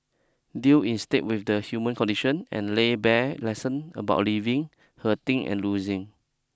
deal instead with the human condition and lay bare lesson about living hurting and losing